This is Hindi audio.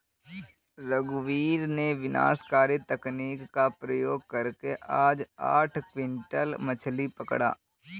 रघुवीर ने विनाशकारी तकनीक का प्रयोग करके आज आठ क्विंटल मछ्ली पकड़ा